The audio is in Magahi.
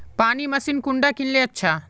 पानी मशीन कुंडा किनले अच्छा?